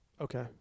Okay